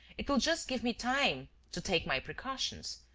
it will just give me time to take my precautions,